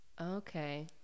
Okay